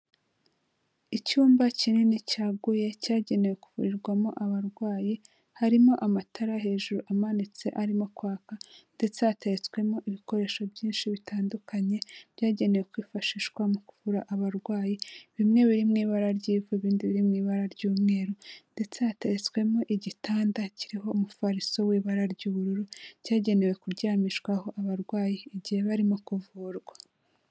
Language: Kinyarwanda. Icyumba kinini cyaguye cyagenewe kuvurirwamo abarwayi, harimo amatara hejuru amanitse arimo kwaka ndetse hateretswemo ibikoresho byinshi bitandukanye, byagenewe kwifashishwa mu kuvura abarwayi, bimwe biri mu ibara ry'ivu, ibindi biri mu ibara ry'umweru ndetse hateretswemo igitanda kiriho umufariso w'ibara ry'ubururu cyagenewe kuryamishwaho abarwayi igihe barimo kuvurwa.